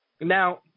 Now